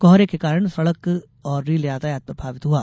कोहरे के कारण सड़क और रेल यातायात प्रभावित हुआ